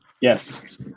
Yes